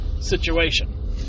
situation